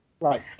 Right